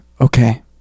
Okay